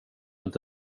inte